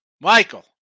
Michael